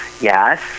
Yes